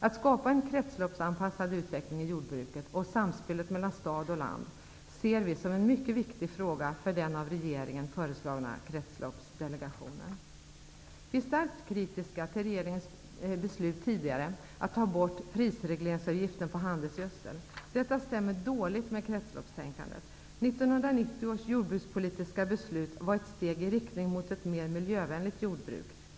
Att skapa en kretsloppsanpassad utveckling i jordbruket och ett samspel mellan stad och land ser vi som mycket viktiga frågor för den av regeringen föreslagna kretsloppsdelegationen. Vi är starkt kritiska till regeringens tidigare beslut att ta bort prisregleringsavgiften på handelsgödsel. Detta stämmer dåligt med kretsloppstänkandet. 1990 års jordbrukspolitiska beslut var ett steg i riktning mot ett mer miljövänligt jordbruk.